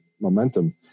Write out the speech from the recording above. momentum